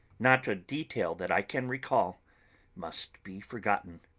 not a detail that i can recall must be forgotten